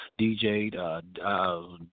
DJed